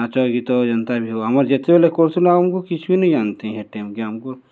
ନାଚ ଗୀତ ଯେନ୍ତା ବି ହଉ ଆମର୍ ଯେତେବେଲେ କରୁଥିଲୁ ଆମ୍କୁ କିଛି ନେଇଜାନିଥାଇ ହେ ଟାଇମ୍କେ ଆମ୍କୁ